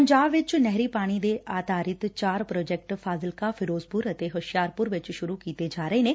ਪੰਜਾਬ ਵਿਚ ਨਹਿਰੀ ਪਾਣੀ ਤੇ ਆਧਾਰਿਤ ਚਾਰ ਪ੍ਰੋਜੈਕਟ ਫਾਜ਼ਿਲਕਾ ਫਿਰੋਜ਼ਪੁਰ ਅਤੇ ਹੁਸ਼ਿਆਰਪੁਰ ਵਿਚ ਸੁਰੂ ਕੀਤੇ ਜਾ ਰਹੇ ਨੇ